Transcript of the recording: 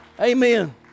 amen